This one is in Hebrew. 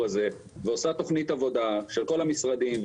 הזה ועושה תכנית עבודה של כל המשרדים,